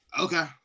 Okay